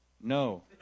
No